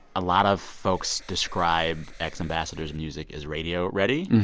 a lot of folks describe x ambassadors' music as radio ready,